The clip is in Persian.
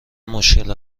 مشکل